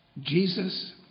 Jesus